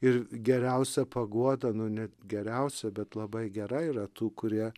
ir geriausia paguoda nu net geriausia bet labai gera yra tų kurie